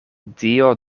dio